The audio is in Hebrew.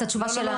את התשובה?